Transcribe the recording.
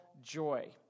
joy